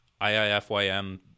IIFYM